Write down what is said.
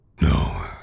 No